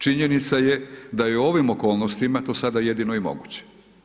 Činjenica je da je u ovim okolnostima to sada jedino i moguće.